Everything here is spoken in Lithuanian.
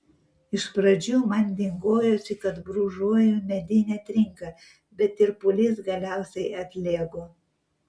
iš pradžių man dingojosi kad brūžuoju medinę trinką bet tirpulys galiausiai atlėgo